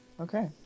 Okay